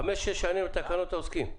חמש, שש שנים על תקנות העוסקים?